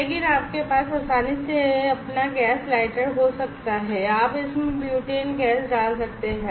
लेकिन आपके पास आसानी से अपना गैस लाइटर हो सकता है और आप इसमें butene गैस डाल सकते हैं